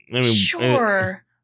sure